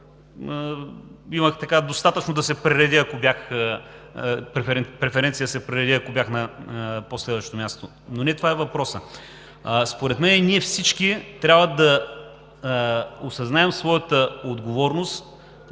имах достатъчно преференции да се прередя, ако бях на по-следващо място, но не това е въпросът. Според мен всички ние трябва да осъзнаем своята отговорност